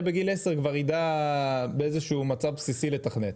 בגיל עשר כבר יידע באיזה שהוא מצב בסיסי לתכנת.